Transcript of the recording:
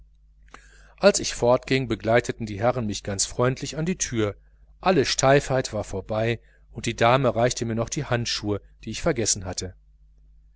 als ich fortging begleiteten die herren mich ganz freundlich an die türe alle steifheit war vorbei und die dame reichte mir noch die handschuhe die ich vergessen hatte